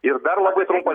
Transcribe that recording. ir dar labai trumpas